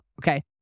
okay